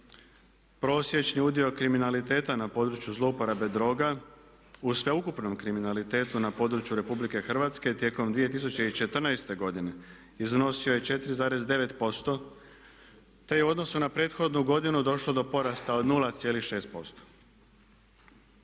Prosječni udio kriminaliteta na području zlouporabe droga u sveukupnom kriminalitetu na području RH tijekom 2014. godine iznosio je 4,9% te je u odnosu na prethodnu godinu došlo do porasta od 0,6%